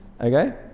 Okay